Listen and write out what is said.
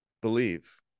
believe